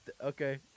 Okay